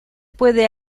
puede